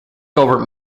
covered